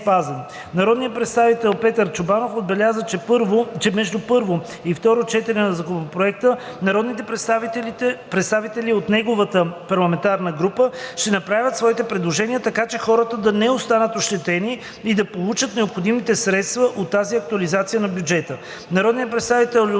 първо и второ четене на Законопроекта народните представители от неговата парламентарна група ще направят своите предложения, така че хората да не останат ощетени и да получат необходимите средства от тази актуализация на бюджета. Народният представител Любомир